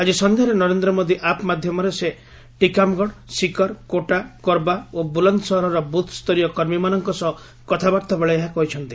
ଆଜି ସନ୍ଧ୍ୟାରେ ନରେନ୍ଦ୍ର ମୋଦି ଆପ୍ ମାଧ୍ୟମରେ ସେ ଟୀକାମଗଡ଼ ଶିକର୍ କୋଟା କୋର୍ବା ଓ ବୁଲନ୍ସହରର ବୁଥ୍ସରୀୟ କର୍ମୀମାନଙ୍କ ସହ କଥାବାର୍ତ୍ତାବେଳେ ଏହା କହିଛନ୍ତି